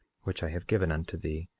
which i have given unto thee,